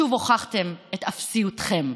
שוב הוכחתם את אפסיותכם.